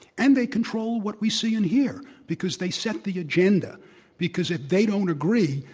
and they control what we see and hear because they set the agenda because if they don't agree,